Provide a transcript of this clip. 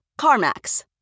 CarMax